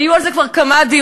היו על זה כמה דיונים.